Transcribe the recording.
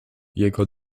jego